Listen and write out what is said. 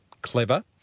clever